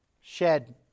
shed